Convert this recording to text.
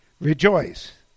Rejoice